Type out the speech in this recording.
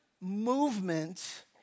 movement